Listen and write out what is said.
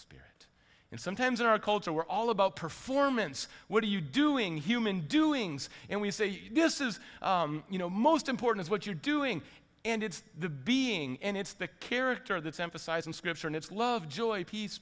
spirit and sometimes in our culture we're all about performance what are you doing human doings and we say this is you know most important what you're doing and it's the being and it's the character that's emphasized in scripture and it's love joy peace